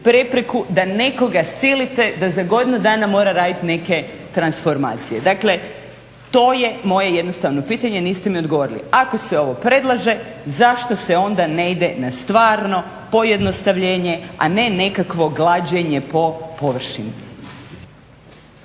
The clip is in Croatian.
prepreku da nekoga silite da za godinu dana mora raditi neke transformacije. Dakle, to je moje jednostavno pitanje. Niste mi odgovorili. Ako se ovo predlaže zašto se onda ne ide na stvarno pojednostavljenje, a ne nekakvo glađenje po površini.